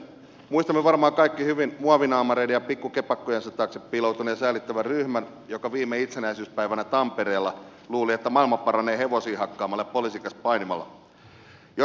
muistamme varmaan kaikki hyvin muovinaamareiden ja pikkukepakkojensa taakse piiloutuneen säälittävän ryhmän joka viime itsenäisyyspäivänä tampereella luuli että maailma paranee hevosia hakkaamalla ja poliisin kanssa painimalla